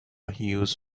هیوز